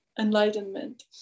enlightenment